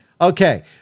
Okay